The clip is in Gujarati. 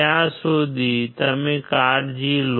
ત્યાં સુધી તમે કાળજી લો